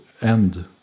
end